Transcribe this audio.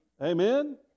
Amen